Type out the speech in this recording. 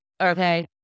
okay